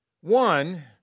One